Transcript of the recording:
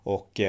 Och